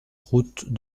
route